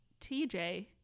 TJ